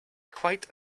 quite